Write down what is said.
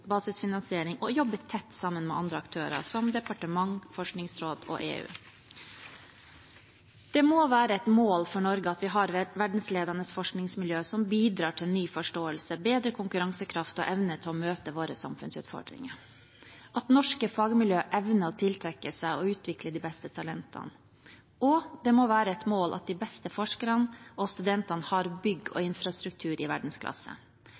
basisfinansiering og jobbe tett sammen med andre aktører, som departement, forskningsråd og EU. Det må være et mål for Norge at vi har verdensledende forskningsmiljøer som bidrar til ny forståelse og bedre konkurransekraft, som har evne til å møte våre samfunnsutfordringer, og at norske fagmiljøer evner å tiltrekke seg og utvikle de beste talentene. Og det må være et mål at de beste forskerne og studentene har bygg og infrastruktur i